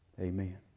Amen